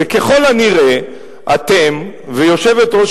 הוא כדלהלן: ככל הנראה אתם ויושבת-ראש